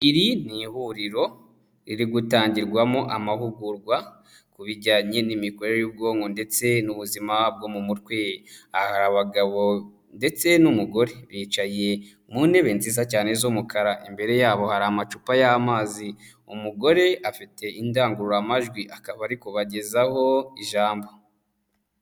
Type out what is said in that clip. Iri ni ihuriro riri gutangirwamo amahugurwa ku bijyanye n'imikorere y'ubwonko ndetse n'ubuzima bwo mu mutwe, aha hari abagabo ndetse n'umugore bicaye mu ntebe nziza cyane z'umukara, imbere yabo hari amacupa y'amazi, umugore afite indangururamajwi akaba ariko kubagezaho ijambo.